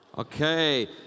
Okay